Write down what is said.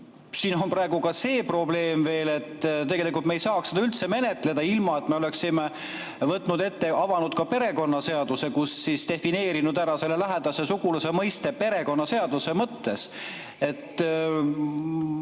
siin on praegu ka see probleem veel, et tegelikult me ei saa seda üldse menetleda, ilma et oleksime võtnud ette, avanud ka perekonnaseaduse ja defineerinud ära selle lähedase sugulase mõiste perekonnaseaduse mõttes.